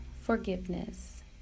forgiveness